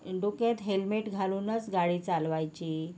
डोक्यात हेलमेट घालूनच गाडी चालवायची